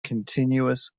continuous